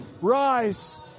rise